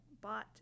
bought